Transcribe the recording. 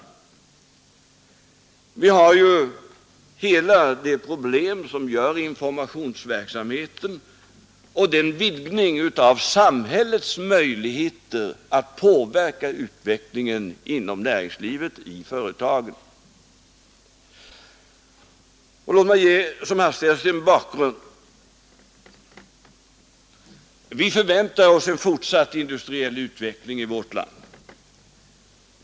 Vi har ju hela det problem som gäller informationsverksamheten och en vidgning av samhällets möjligheter att påverka utvecklingen inom näringslivet, i företagen. Låt mig som hastigast ge en bakgrund. Vi förväntar oss en fortsatt industriell utveckling i vårt land.